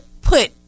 put